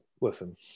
listen